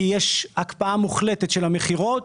כי יש הקפאה מוחלטת של המכירות,